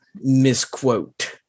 misquote